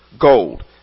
gold